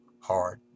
hard